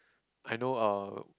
I know uh